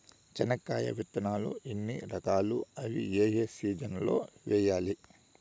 చెనక్కాయ విత్తనాలు ఎన్ని రకాలు? అవి ఏ ఏ సీజన్లలో వేయాలి?